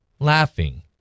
Laughing